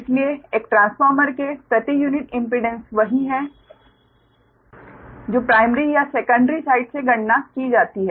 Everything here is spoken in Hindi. इसलिए एक ट्रांसफार्मर के प्रति यूनिट इम्पीडेंस वही है जो प्राइमरी या सेकंडरी साइड से गणना की जाती है